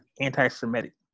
anti-Semitic